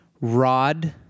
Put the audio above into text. Rod